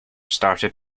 started